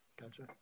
Gotcha